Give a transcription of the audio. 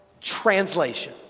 translation